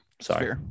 sorry